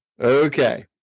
Okay